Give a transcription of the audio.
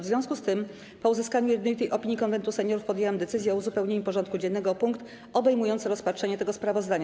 W związku z tym, po uzyskaniu jednolitej opinii Konwentu Seniorów, podjęłam decyzję o uzupełnieniu porządku dziennego o punkt obejmujący rozpatrzenie tego sprawozdania.